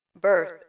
birth